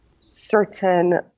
certain